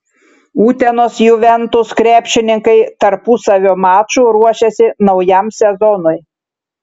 utenos juventus krepšininkai tarpusavio maču ruošiasi naujam sezonui